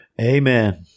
Amen